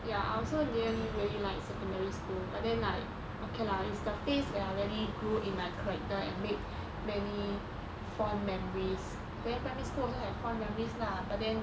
ya I also didn't really like secondary school but then like okay lah it's the face they're really grew in my character and make many fond memories then primary school also have fond memories lah but then